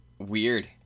weird